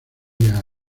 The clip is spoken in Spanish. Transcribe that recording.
día